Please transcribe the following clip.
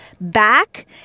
back